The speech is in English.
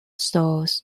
stores